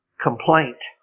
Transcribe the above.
Complaint